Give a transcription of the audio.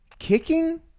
Kicking